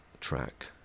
track